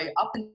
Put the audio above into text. up